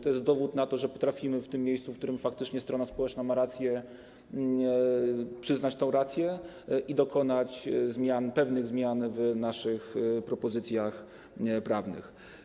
To jest dowód na to, że potrafimy w tym miejscu, w którym faktycznie strona społeczna ma rację, przyznać tę rację i dokonać pewnych zmian w naszych propozycjach prawnych.